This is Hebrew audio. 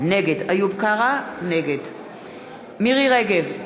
נגד מירי רגב,